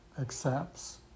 accepts